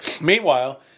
Meanwhile